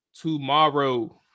tomorrow